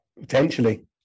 potentially